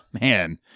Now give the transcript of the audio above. Man